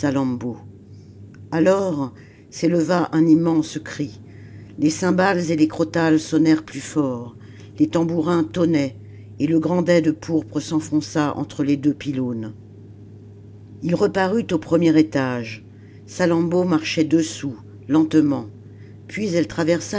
alors s'éleva un immense cri les cymbales et les crotales sonnèrent plus fort les tambourins tonnaient et le grand dais de pourpre s'enfonça entre les deux pjlones ii reparut au premier étage salammbô marchait dessous lentement puis elle